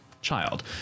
child